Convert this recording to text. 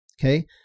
okay